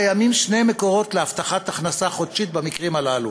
קיימים שני מקורות להבטחת הכנסה חודשית במקרים הללו: